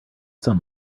some